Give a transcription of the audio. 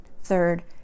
third